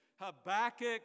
habakkuk